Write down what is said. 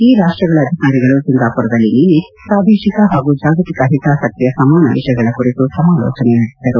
ಈ ರಾಷ್ಟ್ಗಳ ಅಧಿಕಾರಿಗಳು ಸಿಂಗಾಪುರ್ದಲ್ಲಿ ನಿನ್ನೆ ಪ್ರಾದೇಶಿಕ ಹಾಗೂ ಜಾಗತಿಕ ಹಿತಾಸಕ್ತಿಯ ಸಮಾನ ವಿಷಯ ಕುರಿತು ಸಮಾಲೋಚನೆ ನಡೆಸಿದರು